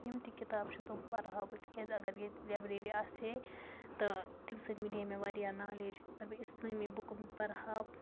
یِم تہِ کِتابہٕ چھےٚ تِم پَرٕ ہا بہٕ تِکیٛازِ اگر ییٚتہِ لیبرٔری آسہِ ہے تہٕ تمہِ سۭتۍ مِلہِ ہا مےٚ واریاہ نالیج اگر بہٕ اِسلٲمی بُکہٕ پَرٕ ہا